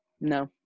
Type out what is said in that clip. No